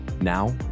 now